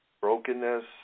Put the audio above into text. brokenness